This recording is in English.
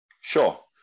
Sure